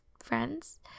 friends